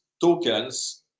tokens